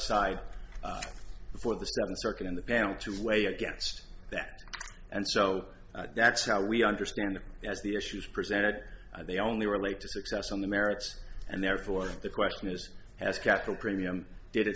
side for the second circuit in the panel to weigh against that and so that's how we understand it as the issues presented they only relate to success on the merits and therefore the question is has kept a premium did it